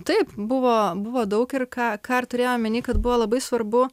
taip buvo buvo daug ir ką ką turėjom omeny kad buvo labai svarbu